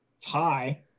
tie